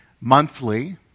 monthly